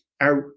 out